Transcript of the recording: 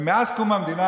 ומאז קום המדינה,